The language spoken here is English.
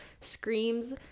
screams